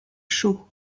chaux